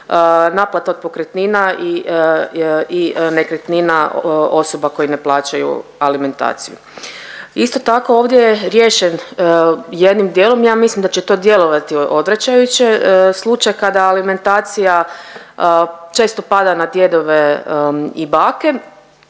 naplata od pokretnina i nekretnina osoba koji ne plaćaju alimentaciju. Isto tako, ovdje je riješen jednim dijelom. Ja mislim da će to djelovati odvraćajuće. Slučaj kada alimentacija često pada na djedove i bake,